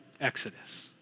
exodus